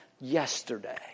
yesterday